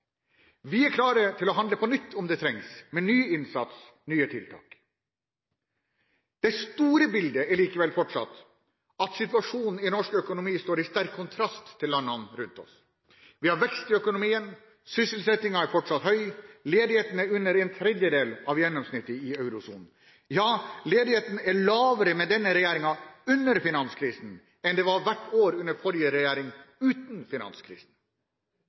Vi er klare til å handle på nytt om det trengs – med ny innsats og nye tiltak. Det store bildet er likevel fortsatt at situasjonen i norsk økonomi står i sterk kontrast til landene rundt oss. Vi har vekst i økonomien og sysselsettingen er fortsatt høy. Ledigheten er under en tredjedel av gjennomsnittet i eurosonen. Ja, ledigheten er lavere med denne regjeringen under finanskrisen, enn den var hvert år under forrige regjering uten finanskrisen.